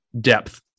depth